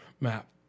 map